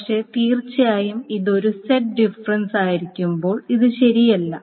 പക്ഷേ തീർച്ചയായും ഇത് ഒരു സെറ്റ് ഡിഫറെൻസ് ആയിരിക്കുമ്പോൾ ഇത് ശരിയല്ല